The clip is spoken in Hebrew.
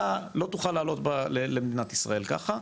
אתה לא תוכל לעלות למדינת ישראל ככה.